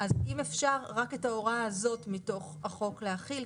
אם אפשר, רק את ההוראה הזאת מתוך החוק להחיל.